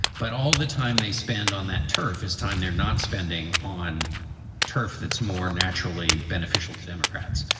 but all the time they spend on that turf, his time, they're not spending on turf that's more naturally beneficial to democrats.